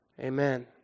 Amen